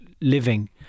living